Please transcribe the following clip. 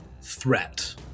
threat